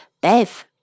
Bev